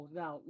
now